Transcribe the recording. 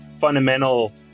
fundamental